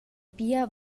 pia